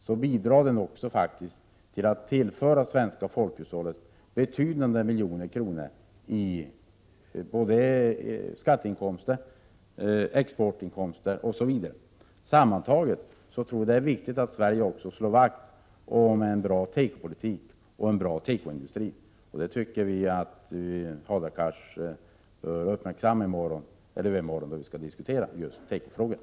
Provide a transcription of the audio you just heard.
Den bidrar faktiskt med att tillföra svenska folkhushållet åtskilliga miljoner kronor, både i skatteinkomster och exportinkomster. Det är sammantaget viktigt att Sverige slår vakt om en bra tekopolitik och en bra tekoindustri. Jag tycker att Hadar Cars bör uppmärksamma det i morgon eller i övermorgon när vi skall diskutera tekofrågorna.